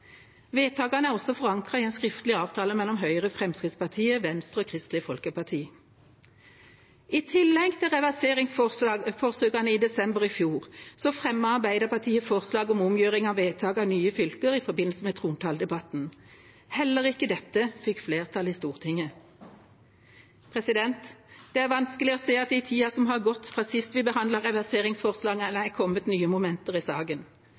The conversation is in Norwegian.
Vedtakene er også forankret i en skriftlig avtale mellom Høyre, Fremskrittspartiet, Venstre og Kristelig Folkeparti. I tillegg til reverseringsforsøkene i desember i fjor fremmet Arbeiderpartiet forslag om omgjøring av vedtakene om nye fylker, i forbindelse med trontaledebatten. Heller ikke dette fikk flertall i Stortinget. Det er vanskelig å se at det i tida som har gått fra sist vi behandlet reverseringsforslag, er kommet nye momenter i saken.